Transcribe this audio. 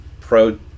pro